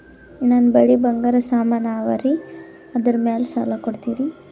ನನ್ನ ಬಳಿ ಬಂಗಾರ ಸಾಮಾನ ಅವರಿ ಅದರ ಮ್ಯಾಲ ಸಾಲ ಕೊಡ್ತೀರಿ?